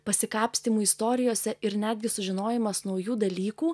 pasikapstymų istorijose ir netgi sužinojimas naujų dalykų